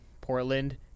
Portland